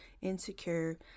insecure